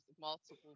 multiple